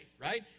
right